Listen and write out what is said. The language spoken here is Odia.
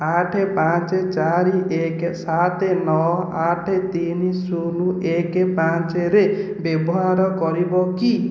ଆଠ ପାଞ୍ଚ ଚାରି ଏକ ସାତ ନଅ ଆଠ ତିନି ଶୂନ ଏକ ପାଞ୍ଚରେ ବ୍ୟବହାର କରିବ କି